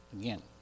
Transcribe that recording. again